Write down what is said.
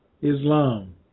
Islam